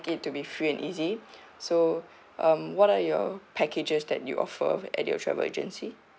it to be free and easy so um what are your packages that you offer at your travel agency